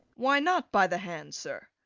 why not by the hand, sir?